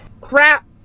Crap